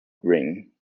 ring